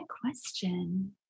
question